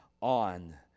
on